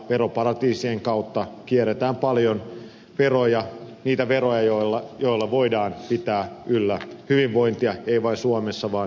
veroparatiisien kautta kierretään paljon veroja niitä veroja joilla voidaan pitää yllä hyvinvointia ei vain suomessa vaan maailmanlaajuisesti